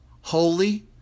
holy